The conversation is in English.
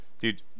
Dude